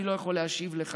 על זה אני לא יכול להשיב לך